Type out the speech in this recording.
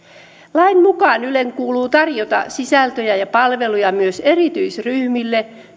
lain mukaan ylen kuuluu tarjota sisältöjä ja palveluja myös erityisryhmille